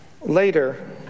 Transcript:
later